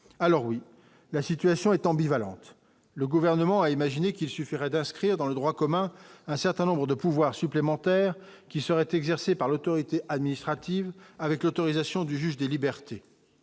alors oui, la situation est ambivalente : le gouvernement a imaginé qu'il suffirait d'inscrire dans le droit commun, un certain nombre de pouvoirs supplémentaires qui seraient exercées par l'autorité administrative avec l'autorisation du juge des libertés